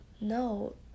no